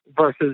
versus